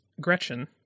Gretchen